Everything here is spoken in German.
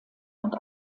und